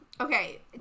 okay